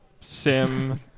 Sim